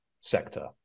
sector